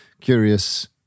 curious